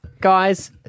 Guys